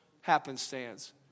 happenstance